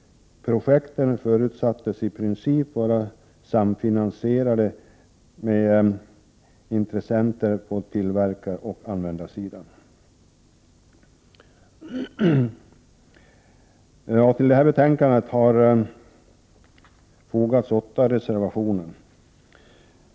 Projekten förutsattes i princip vara samfinansierade med intressenter på tillverkaroch användarsidan. Till det här betänkandet har fogats åtta reservationer.